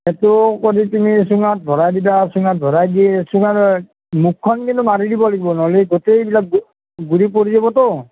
সেইটো কৰি পিনে চুঙাত ভৰাই দিবা চুঙাত ভৰাই দি চুঙাৰ মুখখন কিন্তু মাৰি দিব লাগিব নহ'লে গোটেইবিলাক গুড়ি পৰি যাবতো